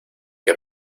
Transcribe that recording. que